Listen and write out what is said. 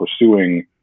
pursuing